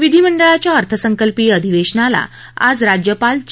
विधीमंडळाच्या अर्थसंकल्पीय अधिवेशनाला आज राज्यपाल चे